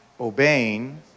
obeying